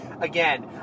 Again